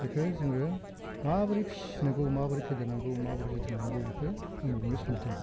बेखो जोङो माबोरै फिसिनांगौ माबोरै फेदेरनांगौ माबोरै जोथोन लानांगौ बेखौ आं बुंनो सान्दों